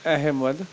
Ahmad